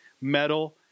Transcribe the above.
metal